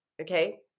Okay